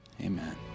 Amen